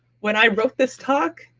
when i wrote this talk,